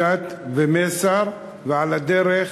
ג'ת ומצר, ועל הדרך,